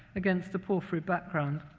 against a porphyry background.